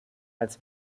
als